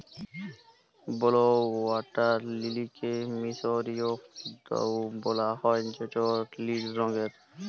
blue water লিলিকে মিসরীয় পদ্দা ও বলা হ্যয় যেটা লিল রঙের